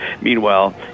Meanwhile